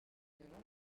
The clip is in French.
nombre